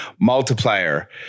multiplier